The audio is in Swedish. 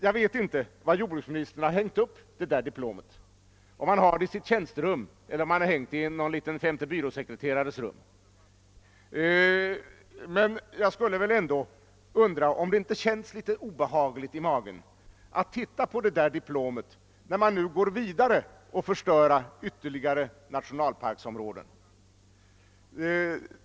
Jag vet inte var jordbruksministern har hängt upp detta diplom, om han har det i sitt tjänstrum eller om det hänger i någon femte byråsekreterares rum, men jag undrar ändå om det inte känns litet obehagligt i magen att titta på det, när man nu går vidare och förstör ytterligare nationalparksområden.